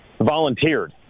volunteered